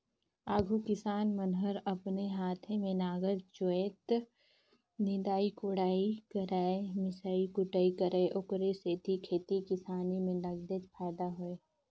आघु किसान मन हर अपने हाते में नांगर जोतय, निंदई कोड़ई करयए मिसई कुटई करय ओखरे सेती खेती किसानी में नगदेच फायदा होय